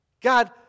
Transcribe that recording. God